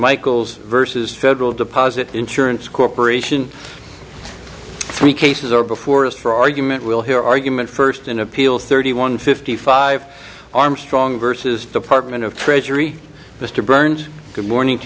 michael's versus federal deposit insurance corporation three cases are before us for argument we'll hear argument first in appeal thirty one fifty five armstrong vs department of treasury mr burns good morning to